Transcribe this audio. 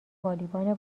والیبال